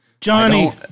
Johnny